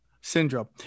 syndrome